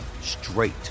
straight